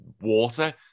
water